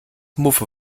muffe